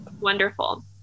wonderful